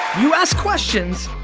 you ask questions,